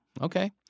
okay